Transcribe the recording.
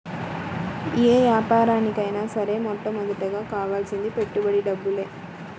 యే యాపారానికైనా సరే మొట్టమొదటగా కావాల్సింది పెట్టుబడి డబ్బులే